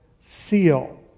seal